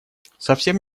совсем